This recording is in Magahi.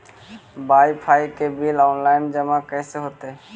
बाइफाइ के बिल औनलाइन जमा कैसे होतै?